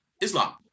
Islam